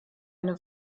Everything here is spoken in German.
eine